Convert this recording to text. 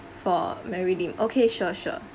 for mary lim okay sure sure